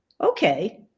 Okay